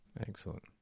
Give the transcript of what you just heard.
Excellent